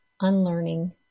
unlearning